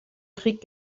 krieg